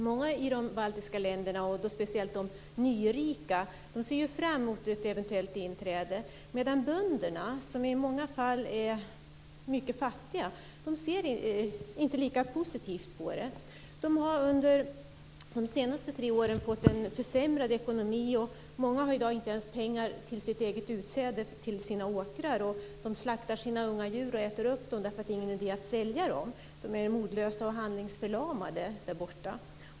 Några i de baltiska länderna, speciellt de nyrika, ser fram mot ett eventuellt inträde medan bönderna, som i många fall är mycket fattiga, inte ser lika positivt på det. De har under de senaste tre åren fått en försämrad ekonomi. Många har i dag inte ens pengar till utsäde på sina egna åkrar, och de slaktar sina unga djur och äter upp dem därför att det inte är någon idé att sälja dem. De är handlingsförlamade där borta.